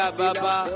baba